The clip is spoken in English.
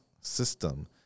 system